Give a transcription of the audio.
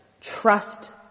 Trust